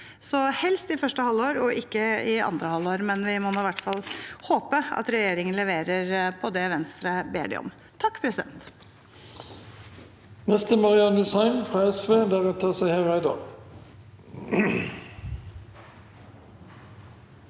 helst i første halvår, ikke i annet halvår. Vi må i hvert fall håpe at regjeringen leverer på det Venstre ber den om. Marian